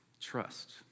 trust